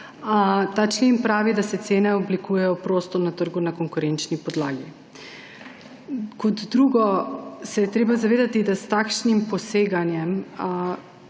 Ta člen pravi, da se cene oblikujejo prosto na trgu na konkurenčni podlagi. Kot drugo se je treba zavedati, da s takšnim poseganjem